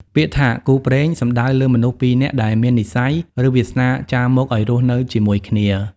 ពាក្យថា «គូព្រេង» សំដៅលើមនុស្សពីរនាក់ដែលមាននិស្ស័យ ឬវាសនាចារមកឱ្យរស់នៅជាមួយគ្នា។